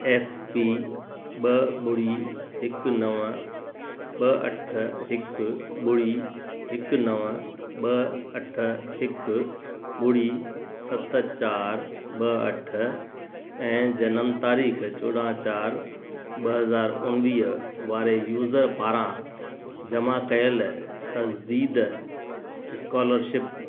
F P ॿ ॿुड़ी हिकु नव ॿ अठ हिकु ॿुड़ी हिकु नव ॿ अठ हिकु ॿुड़ी सत चारि ॿ अठ ऐं जनम तारीख़ चोॾहं चारि ॿ हज़ार उणिवीह वारे यूज़र पारां जमा कयल तज़दीकु स्कोलरशिप